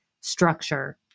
structure